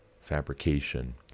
fabrication